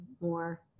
more